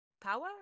power